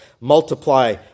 multiply